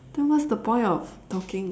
then what is the point of talking